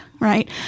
right